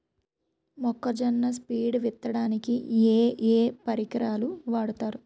మొక్కజొన్న సీడ్ విత్తడానికి ఏ ఏ పరికరాలు వాడతారు?